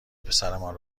پسرمان